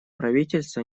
правительство